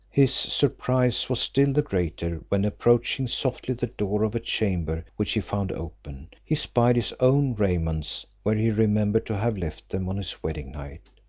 his surprise was still the greater, when approaching softly the door of a chamber which he found open, he spied his own raiments where he remembered to have left them on his wedding night.